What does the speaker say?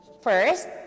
first